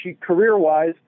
career-wise